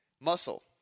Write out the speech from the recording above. Muscle